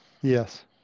Yes